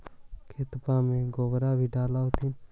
खेतबा मर गोबरो भी डाल होथिन न?